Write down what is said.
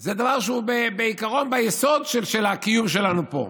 זה דבר שהוא בעיקרון ביסוד הקיום שלנו פה,